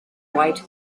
white